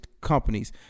companies